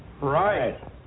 Right